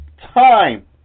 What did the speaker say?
time